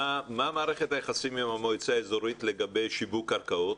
מה מערכת היחסים עם המועצה האזורית לגבי שיווק קרקעות?